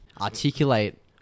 articulate